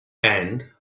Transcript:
and